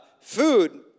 food